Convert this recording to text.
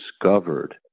discovered